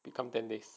become ten days